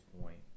point